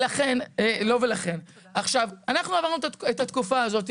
אנחנו עברנו את התקופה הזאת,